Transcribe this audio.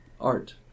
art